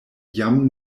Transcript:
jam